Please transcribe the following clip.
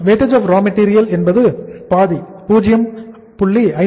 Wrm என்பது பாதி 0